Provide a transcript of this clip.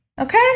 Okay